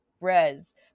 res